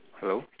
hello